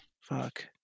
fuck